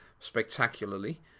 spectacularly